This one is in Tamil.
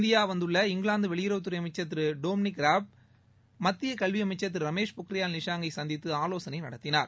இந்தியா வந்துள்ள இங்கிலாந்து வெளியுறவுத்துறை அமைச்சர் திரு டொமினிக் ராப் மத்திய கல்வி அமைச்சர் திரு ரமேஷ் பொக்ரியால் நிஷாங்க் ஐ சந்தித்து ஆலோசனை நடத்தினார்